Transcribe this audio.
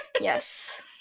Yes